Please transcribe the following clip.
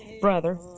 brother